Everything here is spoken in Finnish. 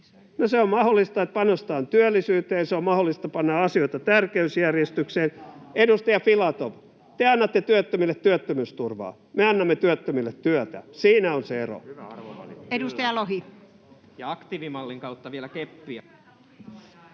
se on mahdollista, että panostetaan työllisyyteen, on mahdollista panna asioita tärkeysjärjestykseen. [Pia Viitanen: Leikkaamalla!] Edustaja Filatov, te annatte työttömille työttömyysturvaa, me annamme työttömille työtä. Siinä on se ero. [Timo Heinonen: Ja aktiivimallin kautta vielä keppiä!]